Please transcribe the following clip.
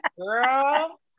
girl